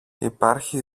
υπάρχει